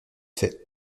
fait